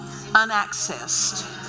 unaccessed